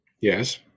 Yes